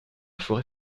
forêt